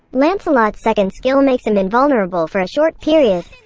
lancelot's second skill makes him invulnerable for a short period.